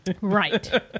Right